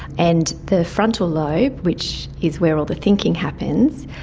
and the frontal lobe, which is where all the thinking happens,